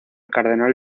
cardenal